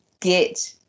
get